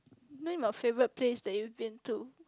name a favourite place that you've been to